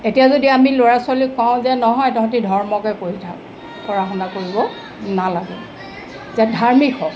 এতিয়া যদি আমি ল'ৰা ছোৱালীক কওঁ যে নহয় তহঁতে ধৰ্মকে পঢ়ি থাক পঢ়া শুনা কৰিব নালাগে যে ধাৰ্মিক হ